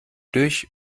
durch